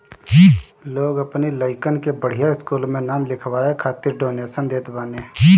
लोग अपनी लइकन के बढ़िया स्कूल में नाम लिखवाए खातिर डोनेशन देत बाने